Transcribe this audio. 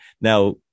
Now